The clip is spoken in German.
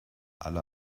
alle